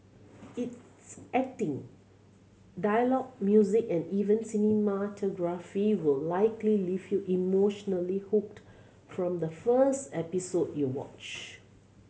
its acting dialogue music and even cinematography will likely leave you emotionally hooked from the first episode you watch